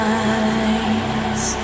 eyes